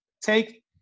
take